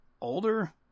older